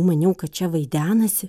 maniau kad čia vaidenasi